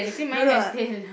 no no I